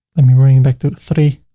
let me bring it back to three.